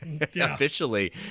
Officially